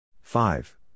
five